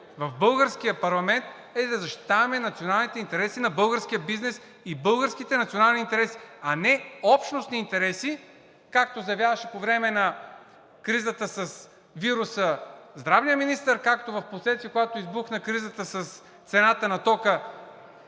в българския парламент е да защитаваме националните интереси на българския бизнес и българските национални интереси, а не общностни интереси, както заявяваше по време на кризата с вируса здравният министър, както впоследствие, когато избухна кризата с цената на тока,